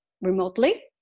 remotely